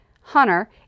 Hunter